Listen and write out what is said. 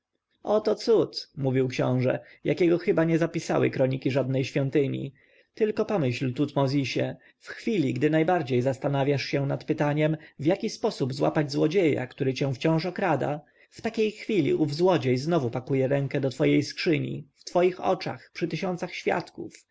oto cud mówił książę jakiego chyba nie zapisały kroniki żadnej świątyni tylko pomyśl tutmozisie w chwili gdy najbardziej zastanawiasz się nad pytaniem w jaki sposób złapać złodzieja który cię wciąż okrada w takiej chwili ów złodziej znowu pakuje rękę do twojej skrzyni w twoich oczach przy tysiącu świadków